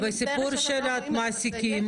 בסיפור של המעסיקים,